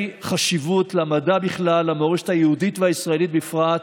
חשיבות למדע בכלל ולמורשת היהודית והישראלית בפרט,